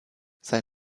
sein